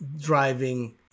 driving